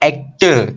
Actor